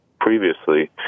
previously